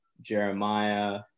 Jeremiah